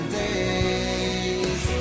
days